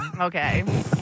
Okay